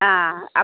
ആ ആ